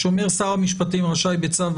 שאומר ש"שר המשפטים ראשי בצו,